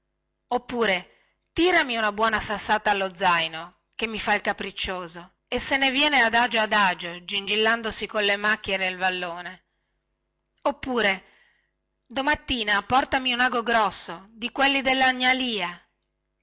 oppure tirami una buona sassata allo zaino che mi fa il signorino e se ne viene adagio adagio gingillandosi colle macchie del vallone oppure domattina portami un ago grosso di quelli